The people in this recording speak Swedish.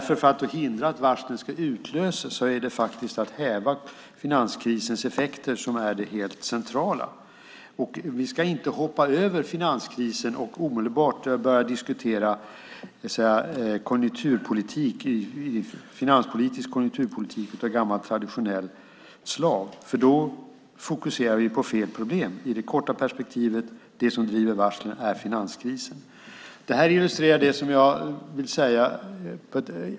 För att man ska hindra att varslen ska utlösas är det helt centrala att häva finanskrisens effekter. Vi ska inte hoppa över finanskrisen och omedelbart börja diskutera finanspolitisk konjunkturpolitik av gammalt traditionellt slag. Då fokuserar vi på fel problem. Det som driver på varslen i det korta perspektivet är finanskrisen. Detta illustrerar det som jag vill säga.